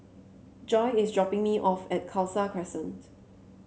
Joye is dropping me off at Khalsa Crescent